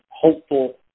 hopeful